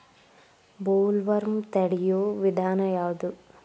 Bollworm ತಡಿಯು ವಿಧಾನ ಯಾವ್ದು?